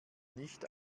nicht